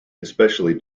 especially